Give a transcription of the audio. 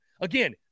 Again